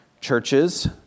churches